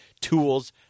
tools